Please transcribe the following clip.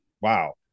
wow